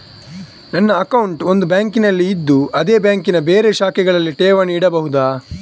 ನನ್ನ ಅಕೌಂಟ್ ಒಂದು ಬ್ಯಾಂಕಿನಲ್ಲಿ ಇದ್ದು ಅದೇ ಬ್ಯಾಂಕಿನ ಬೇರೆ ಶಾಖೆಗಳಲ್ಲಿ ಠೇವಣಿ ಇಡಬಹುದಾ?